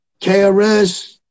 KRS